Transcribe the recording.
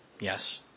Yes